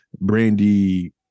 Brandy